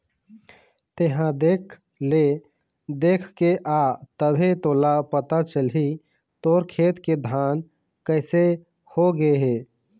तेंहा देख ले देखके आ तभे तोला पता चलही तोर खेत के धान कइसे हो गे हे